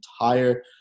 entire